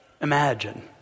Imagine